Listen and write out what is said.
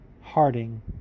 Harding